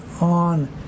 on